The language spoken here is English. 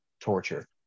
torture